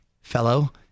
fellow